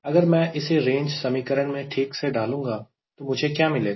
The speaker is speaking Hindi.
अगर मैं इसे रेंज समीकरण में ठीक से डालूंगा तो मुझे क्या मिलेगा